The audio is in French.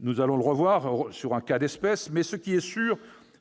nous y reviendrons avec un cas d'espèce -, il est